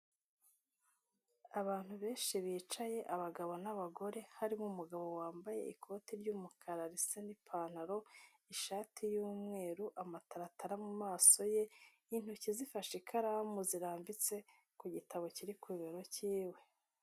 Abantu benshi bicaye abagabo n'abagore, harimo umugabo wambaye ikoti ry'umukara risa n'ipantaro, ishati y'umweru, amataratara mu maso ye, intoki zifashe ikaramu zirambitse ku gitabo kiri ku bibero cy'iwe.